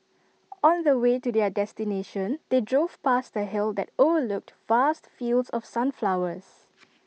on the way to their destination they drove past A hill that overlooked vast fields of sunflowers